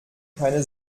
keine